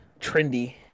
trendy